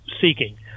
seeking